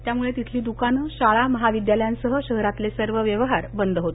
त्यामुळे तिथली दुकानं शाळा महाविद्यांसह शहरातले सर्व व्यवहार बंद होते